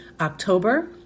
October